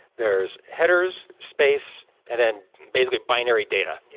there's headers, space and then basically, binary data,